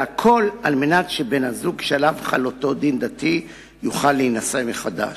והכול כדי שבן-הזוג שעליו חל אותו דין דתי יוכל להינשא מחדש.